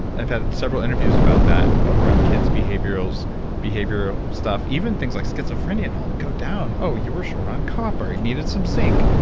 and i've had several interviews about that around kids behavioral so behavioral stuff even things like schizophrenia, and i'll go down, oh, you were short on copper you needed some zinc.